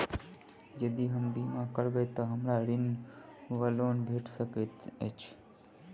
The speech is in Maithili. यदि हम बीमा करबै तऽ हमरा ऋण वा लोन भेट सकैत अछि?